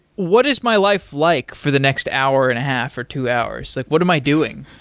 what is my life like for the next hour and a half, or two hours? like what am i doing?